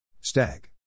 Stag